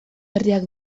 herriak